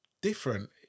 different